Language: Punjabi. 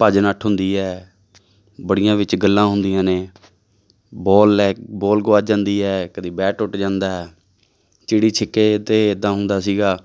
ਭੱਜ ਨੱਠ ਹੁੰਦੀ ਹੈ ਬੜੀਆਂ ਵਿੱਚ ਗੱਲਾਂ ਹੁੰਦੀਆਂ ਨੇ ਬੋਲ ਲੈ ਬੋਲ ਗੁਆਚ ਜਾਂਦੀ ਹੈ ਕਦੇ ਬੈਟ ਟੁੱਟ ਜਾਂਦਾ ਚਿੜੀ ਛਿੱਕੇ ਅਤੇ ਇੱਦਾਂ ਹੁੰਦਾ ਸੀਗਾ